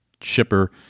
shipper